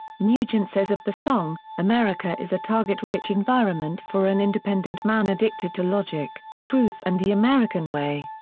nugent says of the song america is a target-rich environment for an independent man addicted to logic, truth and the american way.